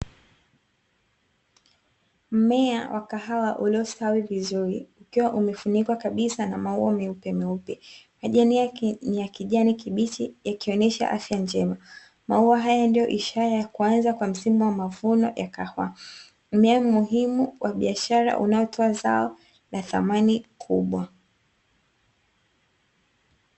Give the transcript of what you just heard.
Mmea wa kahawa uliostawi vizuri ukiwa umefunikwa kabisa na maua meupemeupe. Majani yake ni ya kijani kibichi yakionyesha afya njema. Maua haya ndiyo ishara ya kuanza kwa msimu wa mavuno ya kahawa. Mmea muhimu wa biashara unaotoa zao la thamani kubwa.